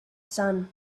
sun